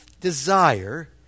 desire